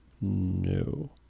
No